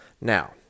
now